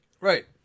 Right